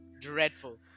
dreadful